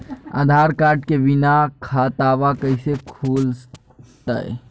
आधार card के बिना खाताबा कैसे खुल तय?